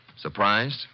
Surprised